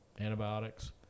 antibiotics